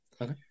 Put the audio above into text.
Okay